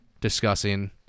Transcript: discussing